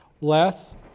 less